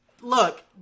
look